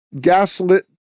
gaslit